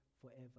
forever